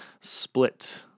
split